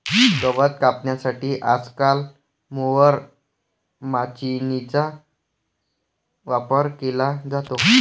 गवत कापण्यासाठी आजकाल मोवर माचीनीचा वापर केला जातो